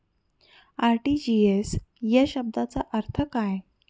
RTGS या शब्दाचा अर्थ काय?